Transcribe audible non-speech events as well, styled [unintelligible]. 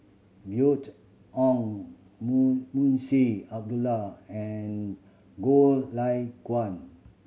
[unintelligible] Oon [unintelligible] Munshi Abdullah and Goh Lay Kuan